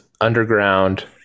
underground